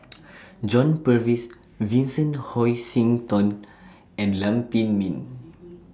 John Purvis Vincent Hoisington and Lam Pin Min